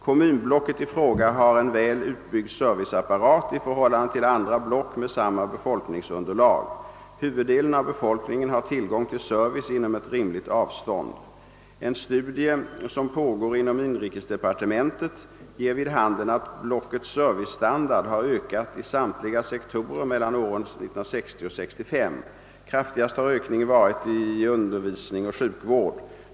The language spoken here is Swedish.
Kommunblocket i fråga har en väl utbyggd serviceapparat i förhållande till andra block med samma befolkningsunderlag. Huvuddelen av befolkningen har tillgång till service inom ett rimligt avstånd. En studie som pågår inom inrikesdepartementet ger vid handen att blockets »servicestandard» har ökat i samtliga sektorer mellan åren 1960 och 1965. Kraftigast har ökningen varit i undervisning och sjukvård.